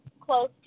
close